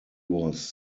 was